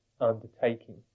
undertaking